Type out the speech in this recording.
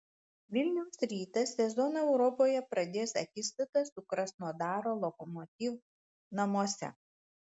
vilniaus rytas sezoną europoje pradės akistata su krasnodaro lokomotiv namuose